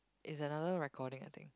is another recording I think